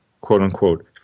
quote-unquote